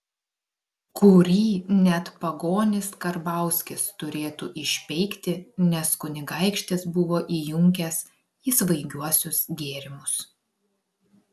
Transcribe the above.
kurį net pagonis karbauskis turėtų išpeikti nes kunigaikštis buvo įjunkęs į svaigiuosius gėrimus